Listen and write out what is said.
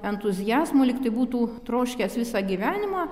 entuziazmo lyg tai būtų troškęs visą gyvenimą